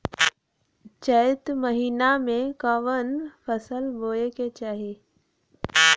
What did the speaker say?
चैत महीना में कवन फशल बोए के चाही?